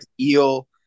eel